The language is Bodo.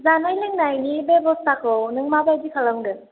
जानाय लोंनायनि बेब'स्थाखौ नों माबायदि खालामगोन